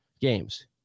games